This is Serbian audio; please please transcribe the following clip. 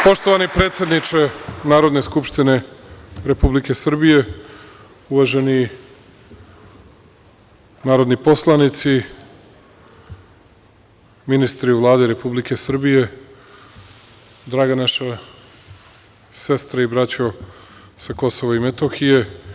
Poštovani predsedniče Narodne skupštine Republike Srbije, uvaženi narodni poslanici, ministri u Vladi Republike Srbije, draga naša sestre i braćo sa Kosova i Metohije.